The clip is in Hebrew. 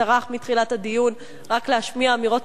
שטרח מתחילת הדיון רק להשמיע אמירות